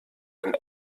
den